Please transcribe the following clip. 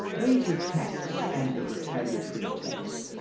these attacks and the retaliatory attacks,